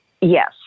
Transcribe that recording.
Yes